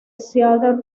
seattle